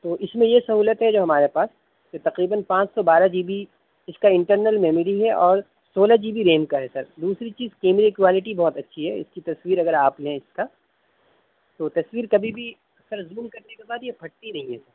تو اس میں یہ سہولت ہے جو ہمارے پاس یہ تقریباً پانچ سو بارہ جی بی اس کا انٹرنل میموری ہے اور سولہ جی بی ریم کا ہے سر دوسری چیز کیمرے کی کوالٹی بہت اچھی ہے اس کی تصویر اگر آپ لیں اس کا تو تصویر کبھی بھی سر زوم کرنے کے بعد یہ پھٹتی نہیں ہے